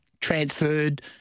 transferred